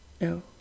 No